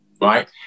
right